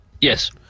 Yes